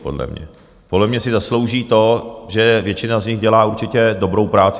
Podle mě si zaslouží to, že většina z nich dělá určitě dobrou práci.